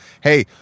hey